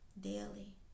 daily